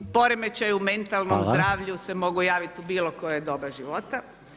Poremećaj u mentalnom zdravlju se mogu javiti u bilo koje doba života.